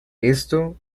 esto